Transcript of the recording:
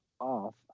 off